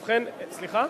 ובכן, סליחה?